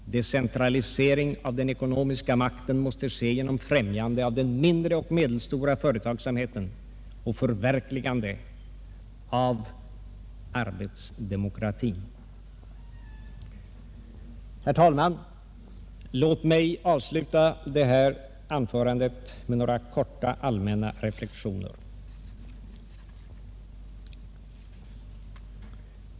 Decentraliscring av den ekonomiska makten mäste ske genom främjande av den mindre och den medelstora företagsamheten och förverkligande av arbetsdemokratin. Låt mig, herr talman, avsluta detta anförande med några korta, allmänna reflexioner.